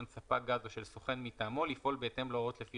ספק גז או של סוכן מטעמו לפעול בהתאם להוראות לפי